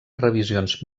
revisions